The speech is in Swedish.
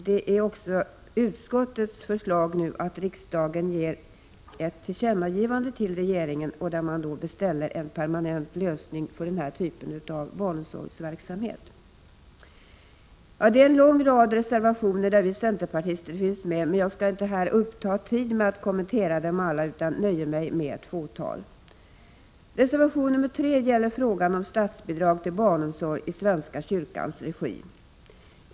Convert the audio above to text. Det har också blivit utskottets förslag att riksdagen skall ge regeringen till känna att man beställer en permanent lösning för den här typen av barnomsorgsverksamhet. Vi centerpartister finns med på en lång rad reservationer, men jag skall inte uppta tid med att kommentera dem alla utan nöjer mig med ett fåtal. Reservation 3 gäller frågan om statsbidrag till barnomsorg i svenska kyrkans regi.